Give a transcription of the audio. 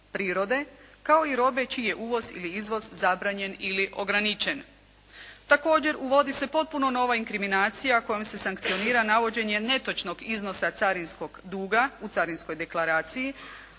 prirode kao i robe čiji je uvoz ili izvoz zabranjen ili ograničen. Također uvodi se potpuno nova inkriminacija kojom se sankcionira navođenje netočnog iznosa carinskog duga u carinskoj deklaraciji,